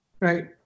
Right